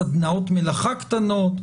סדנאות מלאכה קטנות.